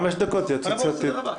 בבקשה, חמש דקות התייעצות סיעתית.